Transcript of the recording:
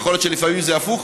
יכול להיות שלפעמים זה הפוך,